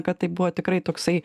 kad tai buvo tikrai toksai